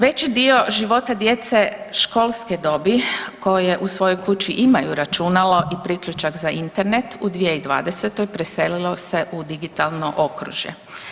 Veći dio života djece školske dobi koje u svojoj kući imaju računalo i priključak za Internet u 2020. preselilo se u digitalno okružje.